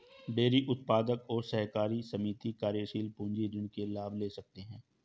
dairy उत्पादक और सहकारी समिति कार्यशील पूंजी ऋण के लाभ ले सकते है